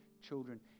children